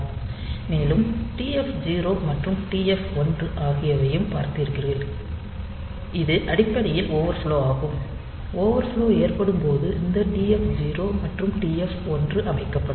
மேலும் டிஎஃப் 0 மற்றும் டிஎஃப் 1 ஆகியவைகளையும் பார்த்திருக்கிறீர்கள் இது அடிப்படையில் ஓவர்ஃப்லோ ஆகும் ஓவர்ஃப்லோ ஏற்படும் போது இந்த TF 0 மற்றும் TF 1 அமைக்கப்படும்